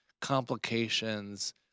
complications